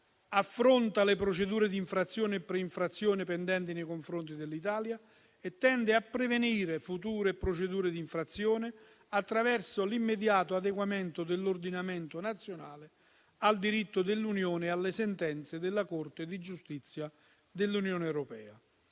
affronta le procedure di infrazione e pre-infrazione pendenti nei confronti dell'Italia e tende a prevenire future procedure di infrazione attraverso l'immediato adeguamento dell'ordinamento nazionale al diritto dell'Unione e alle sentenze della Corte di giustizia dell'Unione europea.